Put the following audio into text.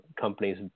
companies